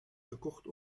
gekocht